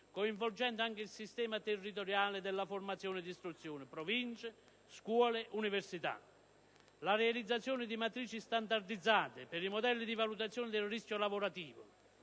coinvolgendo anche il sistema territoriale della formazione ed istruzione (Province, scuole, università) nonché la realizzazione di matrici standardizzate per i modelli di valutazione del rischio lavorativo.